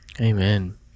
Amen